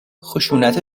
خشونت